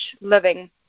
living